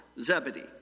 Zebedee